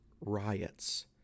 riots